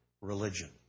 religion